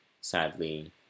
sadly